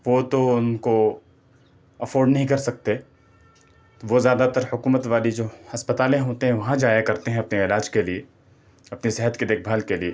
وہ تو ان کو افورڈ نہیں کر سکتے وہ زیادہ تر حکومت والی جو ہسپتالیں ہوتے ہیں وہاں جایا کرتے ہیں اپنےعلاج کے لیے اپنی صحت کی دیکھ بھال کے لیے